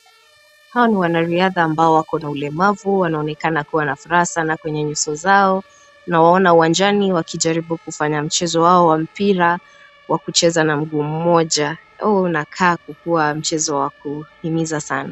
Hao ni wana riadha amba wako na ulemavu wanaonekana kuwa na furaha sana kwenye nyuso zao, nawaona uwanjani wakijaribu kufanya mchezo wao wa mpira wakucheza na mguu mmoja. Unakaa kukuwa mchezo wa kuhimiza sana.